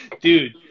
Dude